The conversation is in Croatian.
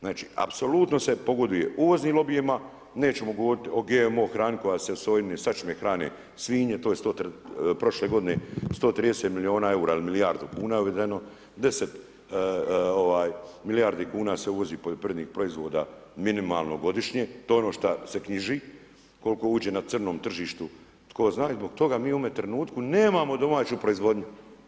Znači apsolutno se pogoduje uvoznim lobijima, nećemo govorit o GMO hrani koja se od sojine sačme hrane svinje, to je prošle godine 130 milijuna eura, ili milijardu kuna je uvedeno, 10 milijardi kuna se uvozi poljoprivrednih proizvoda minimalno godišnje, to je ono šta se knjiži, koliko uđe na crnom tržištu tko zna i zbog toga mi u ovome trenutku nemamo domaću proizvodnju.